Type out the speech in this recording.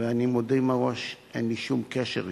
ואני מודה מראש, אין לי שום קשר אתו,